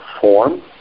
form